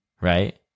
right